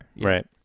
Right